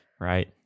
Right